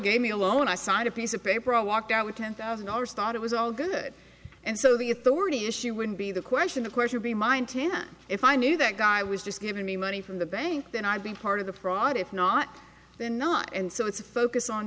gave me a loan i signed a piece of paper i walked out with ten thousand dollars thought it was all good and so the authority issue would be the question of course would be mine to not if i knew that guy was just giving me money from the bank then i'd be part of the pride if not then not and so it's a focus on